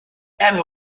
ärmel